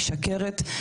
משקרת,